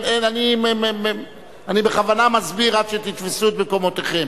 אני בכוונה מסביר עד שתתפסו את מקומותיכם,